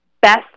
best